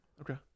Okay